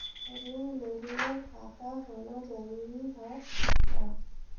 ऋण लेहे बर खाता होना जरूरी ह का?